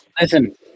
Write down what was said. listen